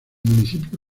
municipio